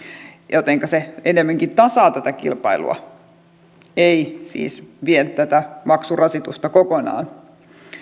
jotenka se enemmänkin tasaa tätä kilpailua ei siis vie tätä maksurasitusta kokonaan